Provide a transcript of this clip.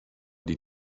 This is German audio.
die